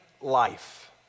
life